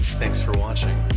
thanks for watching.